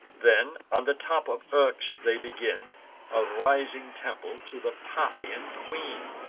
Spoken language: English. then, on the top of eryx, they begin a rising temple to the paphian queen.